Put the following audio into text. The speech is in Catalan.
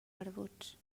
barbuts